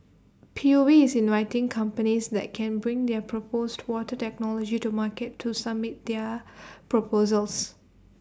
P U B is inviting companies that can bring their proposed water technology to market to submit their proposals